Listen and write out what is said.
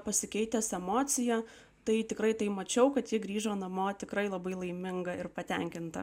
pasikeitęs emocija tai tikrai tai mačiau kad ji grįžo namo tikrai labai laiminga ir patenkinta